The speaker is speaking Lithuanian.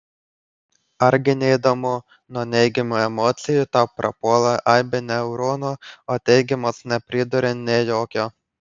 argi ne įdomu nuo neigiamų emocijų tau prapuola aibė neuronų o teigiamos nepriduria nė jokio